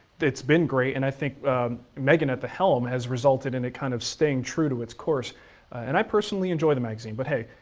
it's been great, and i think megan at the helm has resulted in it kind of staying true to its course and i personally enjoy the magazine. but hey,